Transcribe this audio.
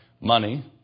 Money